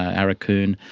aurukun,